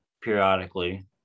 periodically